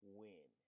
win